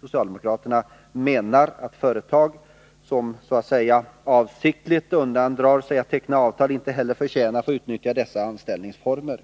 Socialdemokraterna menar att företag som så att säga avsiktligt undandrar sig att teckna avtal inte heller förtjänar att få utnyttja dessa anställningsformer.